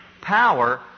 power